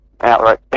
outright